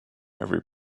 every